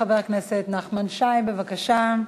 חבר הכנסת נחמן שי, בבקשה.